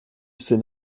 c’est